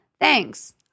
Thanks